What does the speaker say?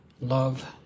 love